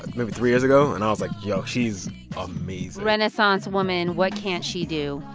maybe three years ago. and i was, like, yo, she's amazing renaissance woman what can't she do?